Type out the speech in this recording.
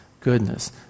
goodness